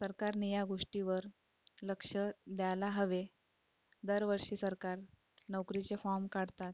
सरकारने या गोष्टीवर लक्ष द्यायला हवे दरवर्षी सरकार नोकरीचे फॉर्म काढतात